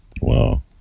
Wow